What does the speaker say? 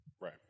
Right